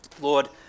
Lord